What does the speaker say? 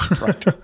right